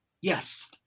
Yes